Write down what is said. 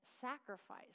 sacrifice